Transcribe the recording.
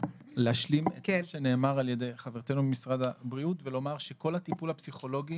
את מה שנאמר על ידי חברתנו ממשרד הבריאות ולומר שכל הטיפול הפסיכולוגי